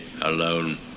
alone